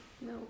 no